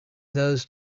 those